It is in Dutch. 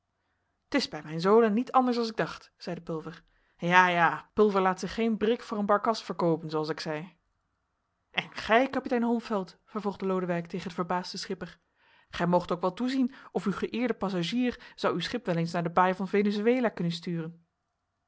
t is bij mijn zolen niets anders als ik dacht zeide pulver ja ja pulver laat zich geen brik voor een barkas verkoopen zooals ik zei en gij kapitein holmfeld vervolgde lodewijk tegen den verbaasden schipper gij moogt ook wel toezien of uw geëerde passagier zou uw schip wel eens naar de baai van venezuela kunnen sturen